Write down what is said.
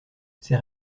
ses